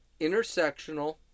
intersectional